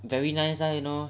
very nice ah